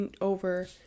over